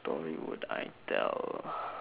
story would I tell ah